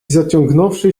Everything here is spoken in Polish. zaciągnąwszy